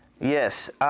Yes